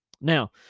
Now